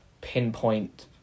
pinpoint